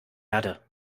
erde